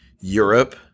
europe